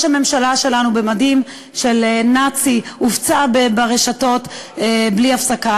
הממשלה שלנו במדים של נאצי הופצה ברשתות בלי הפסקה.